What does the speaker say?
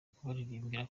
kubaririmbira